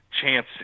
Chance